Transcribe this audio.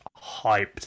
hyped